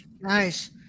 Nice